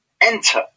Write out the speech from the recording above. enter